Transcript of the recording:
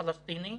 הפלסטיני,